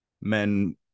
men